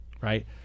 right